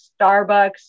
Starbucks